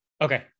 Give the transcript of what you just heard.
Okay